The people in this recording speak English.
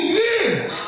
years